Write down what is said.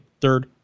third